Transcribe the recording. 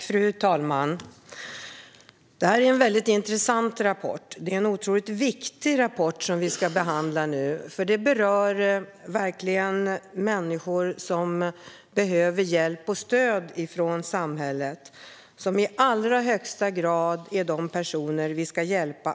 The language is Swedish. Fru talman! Det här är en intressant och viktig rapport, för den handlar om de människor som är i störst behov av samhällets stöd och hjälp.